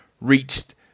reached